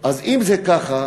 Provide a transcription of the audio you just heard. אז אם זה ככה,